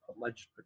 alleged